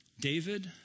David